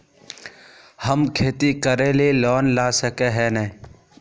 हम खेती करे ले लोन ला सके है नय?